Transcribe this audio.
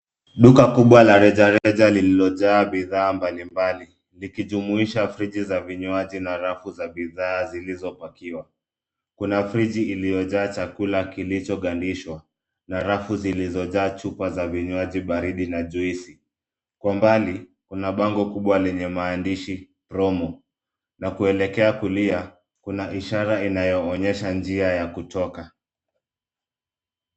Duka kubwa la rejareja lililojaa bidhaa mbalimbali, likijumuisha friji za vinywaji na rafu za bidhaa zilizopakiwa. Kuna friji iliyojaa chakula kilichogandishwa na rafu zilizojaa chupa za vinywaji baridi na juisi. Kwa umbali kuna bango kubwa lenye maandishi " promo " na kuelekea kulia kuna ishara inayoonyesha njia ya kutoka.